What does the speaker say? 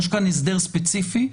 יש כאן הסדר ספציפי,